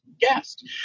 guest